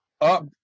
up